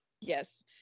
Yes